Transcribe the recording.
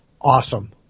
awesome